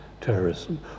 terrorism